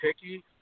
picky